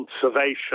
conservation